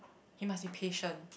he must be patient